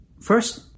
first